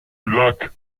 lac